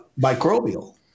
microbial